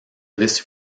this